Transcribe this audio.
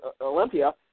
Olympia